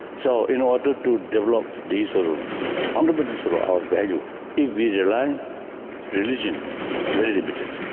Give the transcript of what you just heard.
so in order to develop these fundamentals of our values in visualising religion very limited.